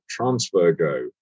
TransferGo